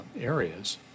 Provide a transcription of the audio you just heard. areas